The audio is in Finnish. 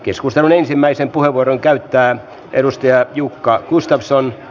keskustelun ensimmäisen puheenvuoron käyttää edustaja jukka gustafsson